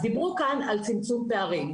דיברו כאן על צמצום פערים,